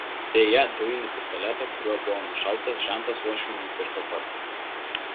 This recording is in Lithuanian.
beje dujinį pistoletą kuriuo buvo nušautas žentas uošviui nupirko pats